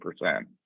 percent